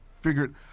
figured